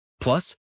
Plus